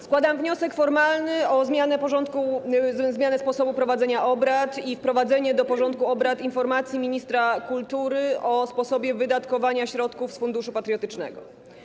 Składam wniosek formalny o zmianę sposobu prowadzenia obrad i wprowadzenie do porządku obrad informacji ministra kultury o sposobie wydatkowania środków z Funduszu Patriotycznego.